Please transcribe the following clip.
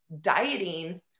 dieting